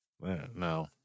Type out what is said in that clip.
No